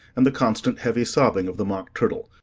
and the constant heavy sobbing of the mock turtle.